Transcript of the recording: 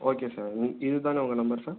okay sir இ இதுதானே உங்கள் நம்பர் சார்